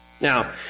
Now